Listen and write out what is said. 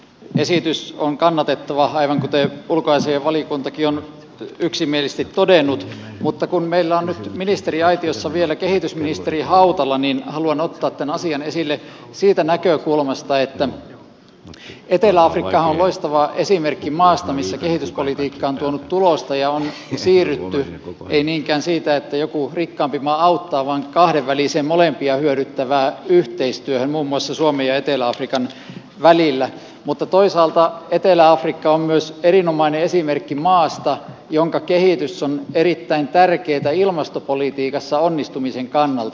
esitys on kannatettava aivan kuten ulkoasiainvaliokuntakin on yksimielisesti todennut mutta kun meillä on nyt ministeriaitiossa vielä kehitysministeri hautala niin haluan ottaa tämän asian esille siitä näkökulmasta että etelä afrikkahan on loistava esimerkki maasta missä kehityspolitiikka on tuonut tulosta ja on siirrytty siitä että joku rikkaampi maa auttaa kahdenväliseen molempia hyödyttävään yhteistyöhön muun muassa suomen ja etelä afrikan välillä mutta toisaalta etelä afrikka on myös erinomainen esimerkki maasta jonka kehitys on erittäin tärkeätä ilmastopolitiikassa onnistumisen kannalta